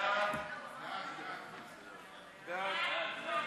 ההצעה להעביר את הצעת חוק למניעת